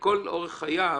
שלכל אורך חייו?